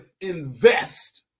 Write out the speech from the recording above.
invest